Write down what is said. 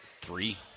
three